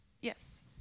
Yes